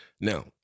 Now